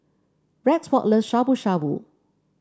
Rexford love Shabu Shabu